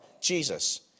Jesus